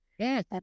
Yes